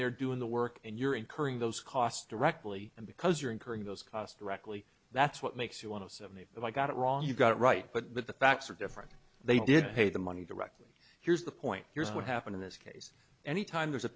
there doing the work and you're incurring those costs directly and because you're incurring those costs directly that's what makes you want to seventy but i got it wrong you got it right but the facts are different they did pay the money directly here's the point here's what happened in this case any time there's a